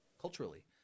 culturally